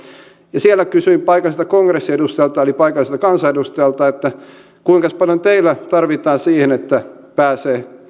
ja siellä kysyin paikalliselta kongressiedustajalta eli paikalliselta kansanedustajalta että kuinkas paljon teillä tarvitaan siihen että pääsee